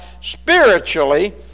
spiritually